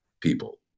people